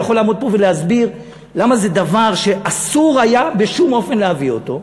אני יכול לעמוד פה ולהסביר למה זה דבר שאסור היה בשום אופן להביא אותו.